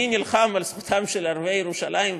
אני נלחם על זכותם של ערביי ירושלים,